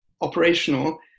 operational